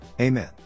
Amen